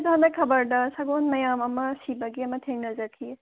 ꯑꯩꯗꯣ ꯍꯟꯗꯛ ꯈꯕꯔꯗ ꯁꯒꯣꯜ ꯃꯌꯥꯝ ꯑꯃ ꯁꯤꯕꯒꯤ ꯑꯃ ꯊꯦꯡꯅꯖꯈꯤ